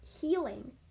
healing